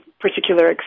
particular